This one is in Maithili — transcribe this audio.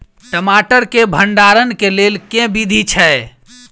टमाटर केँ भण्डारण केँ लेल केँ विधि छैय?